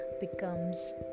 becomes